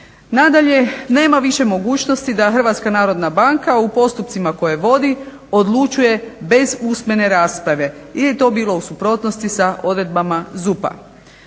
Nadalje, nema više mogućnosti da Hrvatska narodna banka u postupcima koje vodi odlučuje bez usmene rasprave jer je to bilo u suprotnosti sa odredbama ZUP-a.